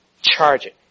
Charging